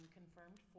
confirmed